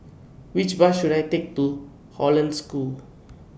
Which Bus should I Take to Hollandse School